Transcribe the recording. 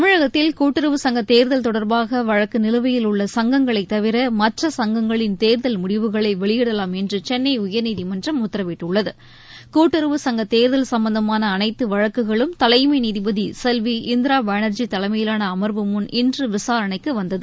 தமிழகத்தில் கூட்டுறவு சங்கத் தேர்தல் தொடர்பாக வழக்கு நிலுவையில் உள்ள சங்கங்களைத் தவிர மற்ற சங்கங்களின் தேர்தல் முடிவுகளை வெளியிடலாம் என்று சென்னை உயர்நீதிமன்றம் உத்தரவிட்டுள்ளது கூட்டுறவு சங்கத் தேர்தல் சும்பந்தமாள அனைத்து வழக்குகளும் தலைமை நீதிபதி செல்வி இந்திரா பானர்ஜி தலைமையிலான அமர்வு முன் இன்று விசாரணைக்கு வந்தது